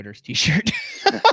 t-shirt